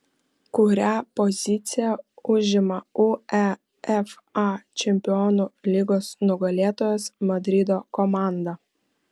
kurią poziciją užima uefa čempionų lygos nugalėtojas madrido komanda